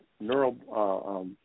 neural